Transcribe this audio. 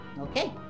Okay